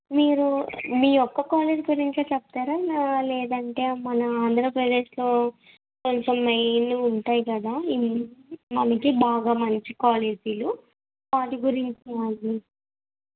మీరు మీ ఒక్క కాలేజీ గురించే చెప్తారా లేదంటే మన ఆంధ్రప్రదేశ్లో కొంచెం మెయిన్వి ఉంటాయి కదా మనకి బాగా మంచి కాలేజీలు వాటి గురించి